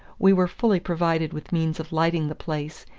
we were fully provided with means of lighting the place,